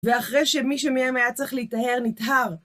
ואחרי שמישהו מהם היה צריך להיטהר - נטהר,